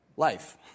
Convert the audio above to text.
Life